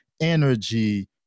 energy